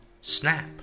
Snap